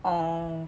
oh